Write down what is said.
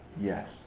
Yes